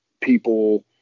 people